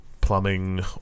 plumbing